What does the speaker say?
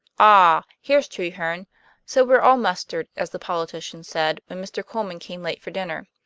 ah! here's treherne so we're all mustered, as the politician said when mr. colman came late for dinner.